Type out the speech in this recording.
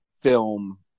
film